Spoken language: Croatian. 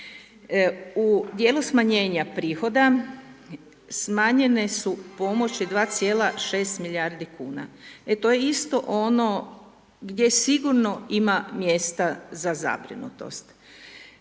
U dijelu smanjenja prihoda, smanjene su pomoći 2,6 milijardi kuna. E to je isto ono gdje sigurno ima mjesta za zabrinutost.